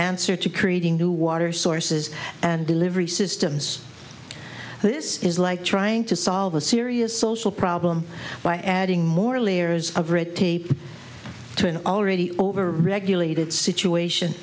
answer to creating new water sources and delivery systems this is like trying to solve a serious social problem by adding more layers of red tape to an already over regulated situation